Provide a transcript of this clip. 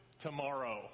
tomorrow